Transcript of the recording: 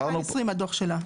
הדוח שלה מ-2020.